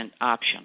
option